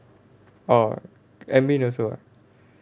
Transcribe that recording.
orh administration also ah